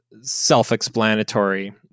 self-explanatory